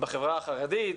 בחברה החרדית,